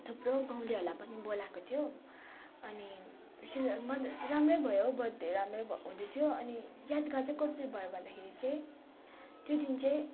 थुप्रो गाउँलेहरूलाई पनि बोलाएको थियो अनि राम्रै भयो बर्थडे राम्रै भएको थियो अनि यादगार चाहिँ कसरी भयो भन्दाखेरि चाहिँ त्यो दिन चाहिँ